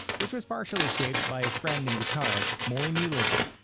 which was partially shaped by his friend and guitarist, maury muehleisen.